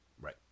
right